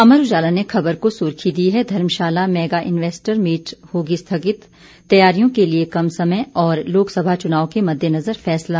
अमर उजाला ने खबर को सुर्खी दी है धर्मशाला मेगा इन्वेस्टर मीट होगी स्थगित तैयारियों के लिए कम समय और लोकसभा चुनाव के मद्देनजर फैसला